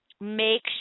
make